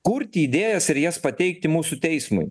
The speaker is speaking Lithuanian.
kurti idėjas ir jas pateikti mūsų teismui